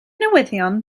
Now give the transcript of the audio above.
newyddion